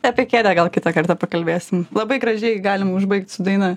apie kėdę gal kitą kartą pakalbėsim labai gražiai galim užbaigt su daina